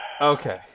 Okay